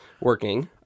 working